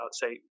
say